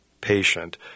patient